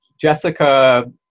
Jessica